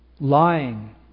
Lying